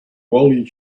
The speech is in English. while